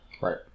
Right